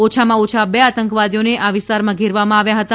ઓછામાં ઓછા બે આતંકવાદીઓને આ વિસ્તારમાં ઘેરવામાં આવ્યા હતા